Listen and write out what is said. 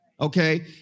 Okay